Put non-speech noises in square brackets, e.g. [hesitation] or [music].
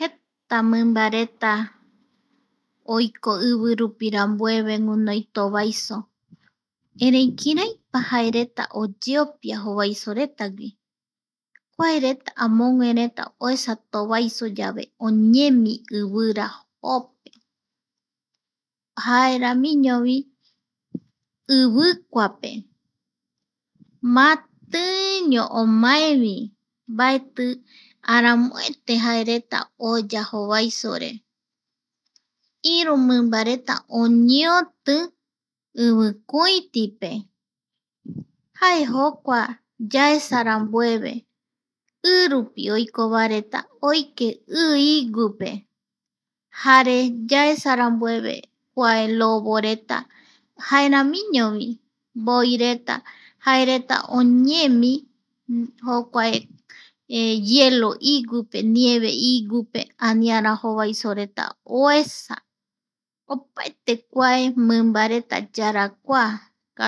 Jeta mimba reta oiko ivi rupi rambueve guinoi tovaiso, erei kiraipa jaereta oyeopia jovaisoretagui, kua re amoguereta oesa tovaiso reta yave oñemi ivira jo pe jaeramiñovi, ivikuape matiiiño omaevi. mbaeti aramoete jaereta oya jovaisore iru mimbareta oñeoti ivikuitipe jae jokua yaesa rambueve. i rupi oikovareta oike i iguipe jare yaesa rambueve kua loboreta jaeramiñovi mboi reta jaereta oñemi jokua [hesitation] hielo iguipe nieve iguipe aniara jovaiso reta oesa. Opaete kua mimba reta yarakua. [hesitation]